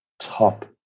top